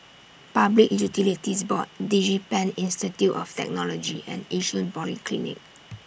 Public Utilities Board Digipen Institute of Technology and Yishun Polyclinic